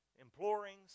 implorings